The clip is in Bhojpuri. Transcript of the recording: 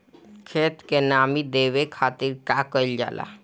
खेत के नामी देवे खातिर का कइल जाला?